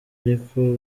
ariko